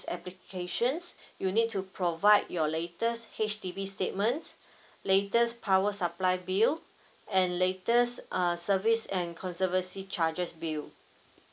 applications you need to provide your latest H_D_B statements latest power supply bill and latest err service and conservancy charges bill